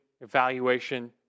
evaluation